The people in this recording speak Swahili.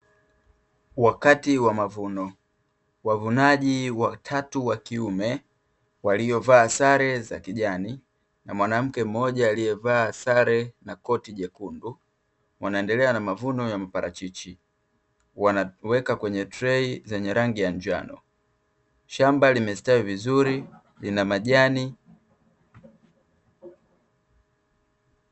Wakati wa mavuno, wavunaji watatu wa kiume waliovaa sare za kijani na mwanamke mmoja aliyevaa sare na koti jekundu, wanaendelea na mavuno ya mparachichi wanaweka kwenye trei zenye rangi ya njano shamba limestawi vizuri lina majani.